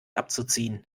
abzuziehen